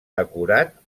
acurat